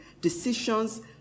decisions